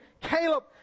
Caleb